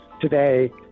today